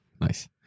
Nice